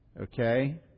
Okay